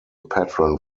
patron